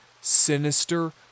sinister